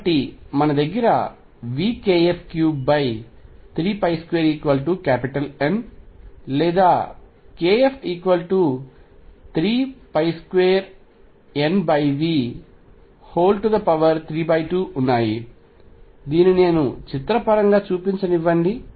కాబట్టి మన దగ్గర vkf332N లేదా kF32NV32 ఉన్నాయి దీనిని నేను చిత్రపరంగా చూపించనివ్వండి